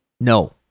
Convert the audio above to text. No